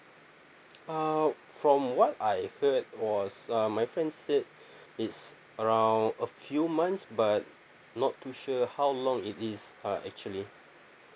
ah from what I heard was um my friend say it's around a few months but not too sure how long it is uh actually